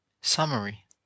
Summary